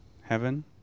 heaven